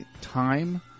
time